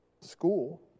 School